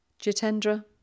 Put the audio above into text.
Jitendra